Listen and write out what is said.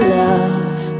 love